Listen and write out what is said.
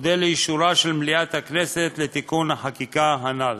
אודה על אישורה של מליאת הכנסת את תיקון החקיקה הנ"ל.